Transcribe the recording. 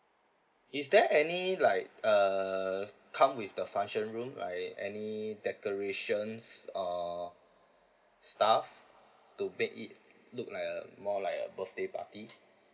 is there any like uh come with the function room like any decorations or stuff to make it look like a more like a birthday party